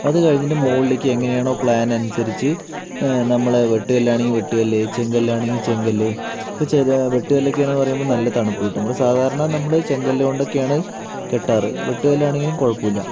അതുകഴിഞ്ഞിട്ട് മുകളിലേക്ക് എങ്ങനെയാണോ പ്ലാൻ അനുസരിച്ച് നമ്മളെവെട്ടുക്കല്ലാണെങ്കിൽ വെട്ടുകല്ല് ചെങ്കല്ല് ആണെങ്കിൽ ചെങ്കല്ല് ഇപ്പോൾ ചെ വെട്ടു കല്ല് ആണ്ന്ന് പറയുമ്പോ നല്ല തണുപ്പ് കിട്ടും ഇവിടെ സാധാരണ നമ്മുടെ ചെങ്കല്ല് കൊണ്ട് ഒക്കെയാണ്കെട്ടാറ് വെട്ടുകല്ല് ആണെങ്കിലും കുഴപ്പമില്ല